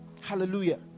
hallelujah